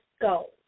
go